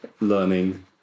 learning